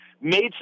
made